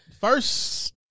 First